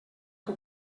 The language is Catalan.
que